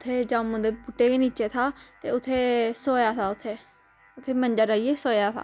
उ'त्थें जामुन दे बूह्टे दे नीचे था उ'त्थें सोया था उ'त्थें उ'त्थें मंदिर आइयै सोया था